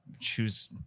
choose